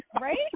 Right